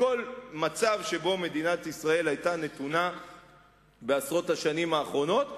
בכל מצב שבו מדינת ישראל היתה נתונה בעשרות השנים האחרונות.